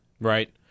Right